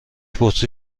بطری